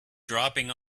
dropping